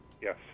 Yes